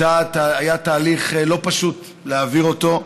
היה תהליך לא פשוט להעביר אותו.